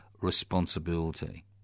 responsibility